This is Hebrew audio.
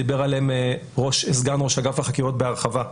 דיבר עליהם סגן ראש אגף החקירות בהרחבה,